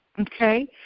Okay